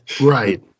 right